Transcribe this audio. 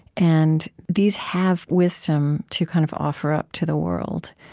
and these have wisdom to kind of offer up to the world.